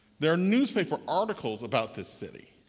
there are newspaper articles about this city.